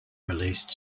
released